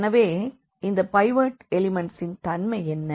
எனவே இந்த பைவோட் எலிமண்ட்ஸின் தன்மை என்ன